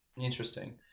Interesting